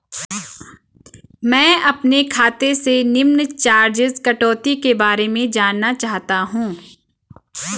मैं अपने खाते से निम्न चार्जिज़ कटौती के बारे में जानना चाहता हूँ?